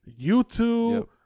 YouTube